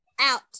Out